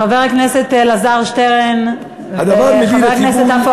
חבר הכנסת אלעזר שטרן וחבר הכנסת עפו